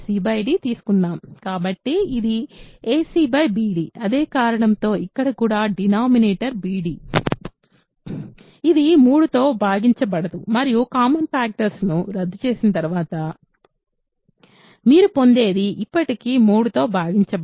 కాబట్టి ఇది ac bd అదే కారణంతో ఇక్కడ కూడా డినామినేటర్ bd ఇది 3తో భాగించబడదు మరియు కామన్ ఫ్యాక్టర్స్ ను రద్దు చేసిన తర్వాత మీరు పొందేది ఇప్పటికీ 3తో భాగించబడదు